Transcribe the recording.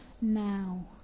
now